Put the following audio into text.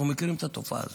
אנחנו מכירים את התופעה הזו,